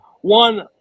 one